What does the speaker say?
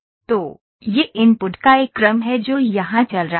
तो यह इनपुट का एक क्रम है जो यहां चल रहा है